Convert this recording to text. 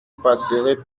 passerait